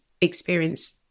experience